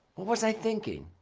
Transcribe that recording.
what was i thinking?